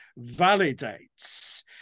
validates